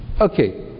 Okay